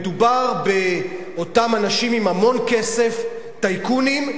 מדובר באנשים עם המון כסף, טייקונים,